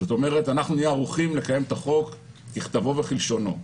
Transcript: זאת אומרת: אנחנו נהיה ערוכים לקיים את החוק ככתבו וכלשונו.